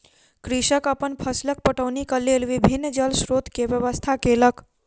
कृषक अपन फसीलक पटौनीक लेल विभिन्न जल स्रोत के व्यवस्था केलक